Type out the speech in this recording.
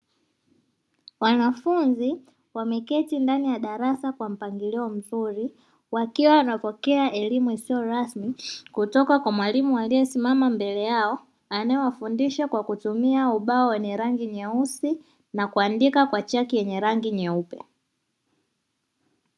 Wanafunzi wameketi ndani ya darasa kwa mpangilio mzuri, wakiwa wanapokea elimu isiyo rasmi kutoka kwa mwalimu aliyesimama mbele yao, anayewafundisha kwa kutumia ubao wenye rangi nyeusi na kuandika kwa chaki yenye rangi nyeupe.